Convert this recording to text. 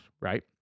right